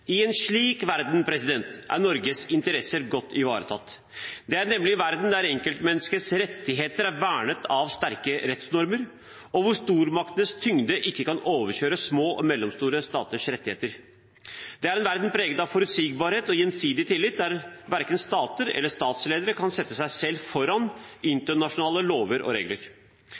I en slik verden er Norges interesser godt ivaretatt. Det er nemlig en verden der enkeltmenneskets rettigheter er vernet av sterke rettsnormer, og der stormaktenes tyngde ikke kan overkjøre små og mellomstore staters rettigheter. Det er en verden preget av forutsigbarhet og gjensidig tillit, der verken stater eller statsledere kan sette seg selv foran internasjonale lover og regler.